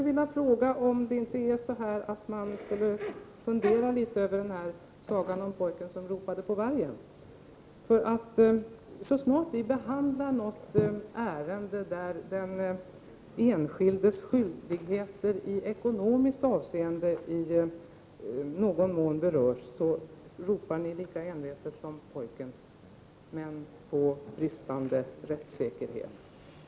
Borde man inte fundera litet kring sagan om pojken som ropade på vargen. Så snart vi behandlar ett ärende där den enskildes skyldigheter i ekonomiskt avseende berörs ropar ni lika envetet som pojken på bristande rättssäkerhet.